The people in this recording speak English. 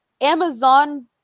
Amazon